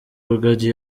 rugagi